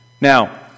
Now